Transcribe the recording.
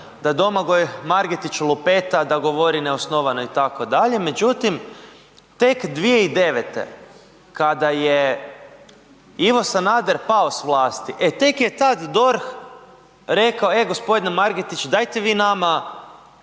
da Domagoj Margetić lupeta, da govori neosnovano itd., međutim tek 2009. kada je Ivo Sanader pao s vlasti, e tek je tada DORH rekao, e gospodine Margetić dajte vi nama